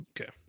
Okay